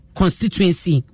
constituency